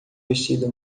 vestido